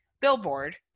billboard